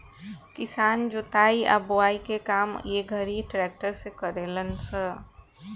किसान जोताई आ बोआई के काम ए घड़ी ट्रक्टर से करेलन स